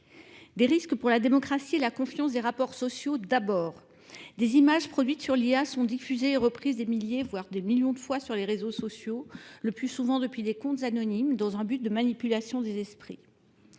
Des risques pour la démocratie et la confiance des rapports sociaux d'abord. Des images produites sur l'IA sont diffusées et reprises des milliers, voire des millions de fois sur les réseaux sociaux, le plus souvent depuis des comptes anonymes, dans un but de manipulation des esprits.